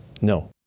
no